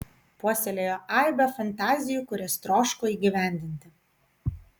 puoselėjo aibę fantazijų kurias troško įgyvendinti